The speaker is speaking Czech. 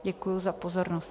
Děkuji za pozornost.